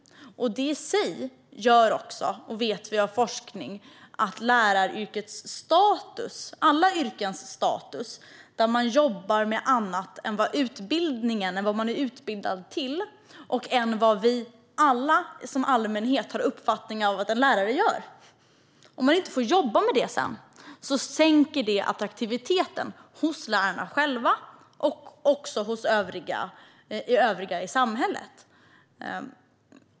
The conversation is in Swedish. Det i sig gör också - det framgår av forskning - att läraryrkets status blir lägre. Inom alla yrken där man jobbar med annat än det som man är utbildad till - det som allmänheten uppfattar att till exempel en lärare gör - och alltså inte får jobba med det som man är utbildad till sänks attraktiviteten i yrket hos i detta fall lärarna själva och också hos övriga i samhället.